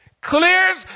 clears